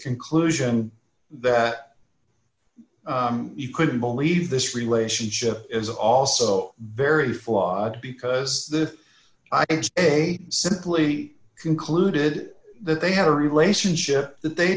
conclusion that you couldn't believe this relationship is also very flawed because the they simply concluded that they had a relationship that they